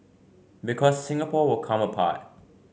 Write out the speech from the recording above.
because Singapore will come apart